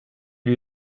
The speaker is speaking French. lui